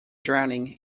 drowning